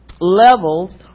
levels